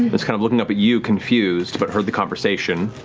it's kind of looking up at you, confused, but heard the conversation